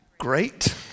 Great